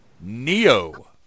Neo